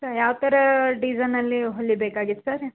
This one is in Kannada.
ಸರ್ ಯಾವ ಥರ ಡಿಸೈನಲ್ಲಿ ಹೊಲಿಬೇಕಾಗಿತ್ತು ಸರ್